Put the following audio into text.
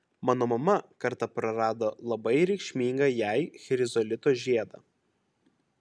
mano mama kartą prarado labai reikšmingą jai chrizolito žiedą